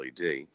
LED